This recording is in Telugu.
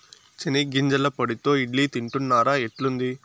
చెనిగ్గింజల పొడితో ఇడ్లీ తింటున్నారా, ఎట్లుంది